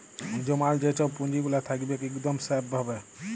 জমাল যে ছব পুঁজিগুলা থ্যাকবেক ইকদম স্যাফ ভাবে